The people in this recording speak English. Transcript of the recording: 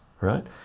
right